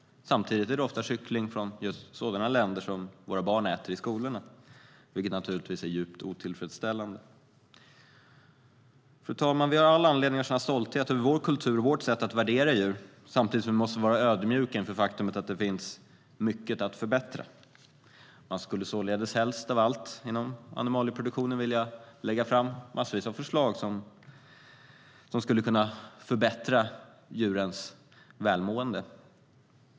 Samtidigt är det ofta kyckling från just sådana länder som våra barn äter i skolorna, vilket naturligtvis är djupt otillfredsställande. Man skulle således helst av allt vilja lägga fram en massa förslag inom animalieproduktionen som skulle kunna förbättra djurens välmående.